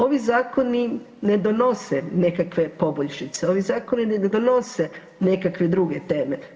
Ovi zakoni ne donose nekakve poboljšice, ovi zakoni ne donose nekakve druge teme.